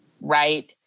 right